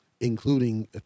including